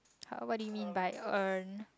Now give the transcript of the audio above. !huh! what do you mean by earn